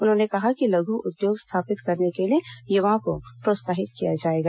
उन्होंने कहा कि लघु उद्योग स्थापित करने के लिए युवाओं को प्रोत्साहित किया जाएगा